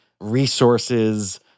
resources